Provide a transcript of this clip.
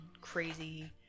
crazy